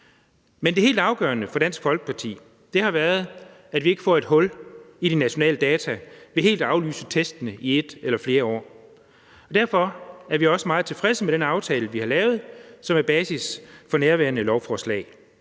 Men det helt afgørende for Dansk Folkeparti har været, at vi ikke får et hul i de nationale data ved helt at aflyse testene i et eller flere år. Derfor er vi også meget tilfredse med den aftale, vi har lavet, som er basis for nærværende lovforslag.